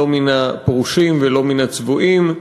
לא מן הפרושים והצבועים,